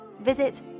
Visit